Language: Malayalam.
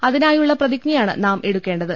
അതിനായുള്ള പ്രതിജ്ഞയാണ് നാം എടുക്കേണ്ടത്